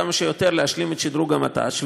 כמה שיותר להשלים את שדרוג המט"ש,